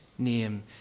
name